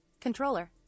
Controller